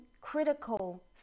critical